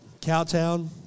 Cowtown